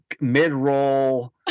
mid-roll